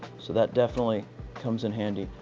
so that definitely comes in handy.